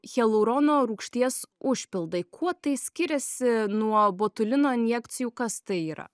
hialurono rūgšties užpildai kuo tai skiriasi nuo botulino injekcijų kas tai yra